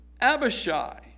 Abishai